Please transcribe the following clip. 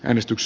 äänestys